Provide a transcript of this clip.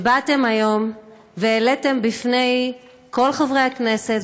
שבאתם היום והעליתם בפני כל חברי הכנסת